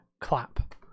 clap